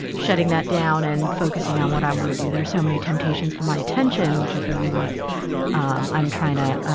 shutting that down and focusing on what i want to do, there's so many temptations for my attention, which is really what um i'm trying to